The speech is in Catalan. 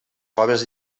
proves